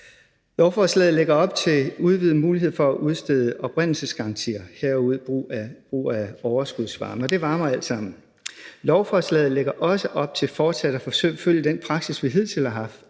Lovforslaget lægger op til udvidede muligheder for at udstede oprindelsesgarantier, herunder brug af overskudsvarme, og det varmer alt sammen. Lovforslaget lægger også op til fortsat at følge den praksis, vi hidtil har haft,